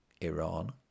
Iran